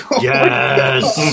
yes